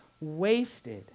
wasted